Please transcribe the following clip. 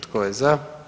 Tko je za?